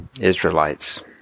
Israelites